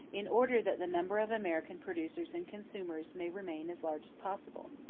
in order that the number of american producers and consumers may remain as large as possible.